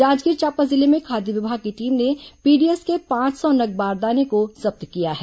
जांजगीर चांपा जिले में खाद्य विभाग की टीम ने पीडीएस के पांच सौ नग बारदाना जब्त किया है